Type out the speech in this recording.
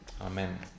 Amen